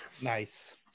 nice